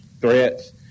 threats